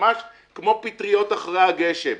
ממש כמו פטריות אחרי הגשם.